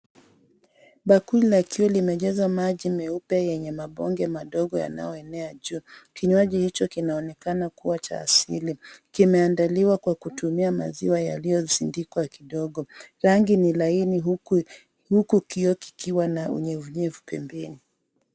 Bakuli la kioo limejaza maji meupe yenye mabonge madogo yanayoenea juu. Kinywaji hicho kinaonekana kuwa cha asili. Kimeandaliwa kwa kutumia maziwa yaliyosindikwa kidogo. Rangi ni laini huku kioo kikiwa na unyefunyefu pembeni.